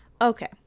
Okay